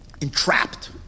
entrapped